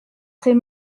très